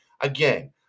Again